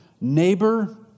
neighbor